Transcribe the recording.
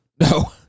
No